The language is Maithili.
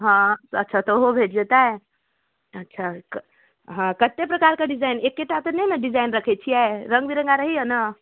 हँ अच्छा तऽ ओहो भेटि जेतै अच्छा हँ कतेक प्रकारके डिजाइन एकेटा तऽ नहि ने डिजाइन रखै छिए रङ्गबिरङ्गा रहैए ने